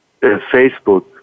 Facebook